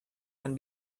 can